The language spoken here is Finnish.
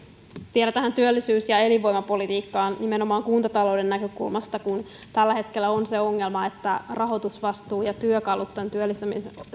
vielä tähän työllisyys ja elinvoimapolitiikkaan nimenomaan kuntatalouden näkökulmasta kun tällä hetkellä on se ongelma että rahoitusvastuu ja työkalut työllistämisen